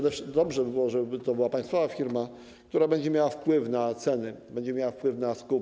Dobrze by było, żeby to była państwowa firma, która będzie miała wpływ na ceny, będzie miała wpływ na skup.